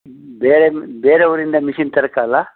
ಹ್ಞೂ ಬೇರೆ ಬೇರೆ ಊರಿಂದ ಮಿಷಿನ್ ತರೋಕಾಗಲ್ಲ